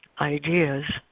ideas